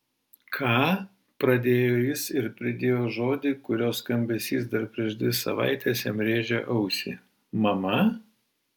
ką pradėjo jis ir pridėjo žodį kurio skambesys dar prieš dvi savaites jam rėžė ausį mama